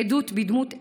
עדות בדמות אבן,